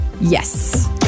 Yes